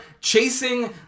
chasing